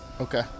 Okay